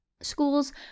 Schools